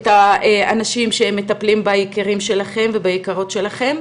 לגבי מה יחליף את האנשים שמטפלים ביקירים וביקרות שלכם.